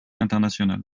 internationale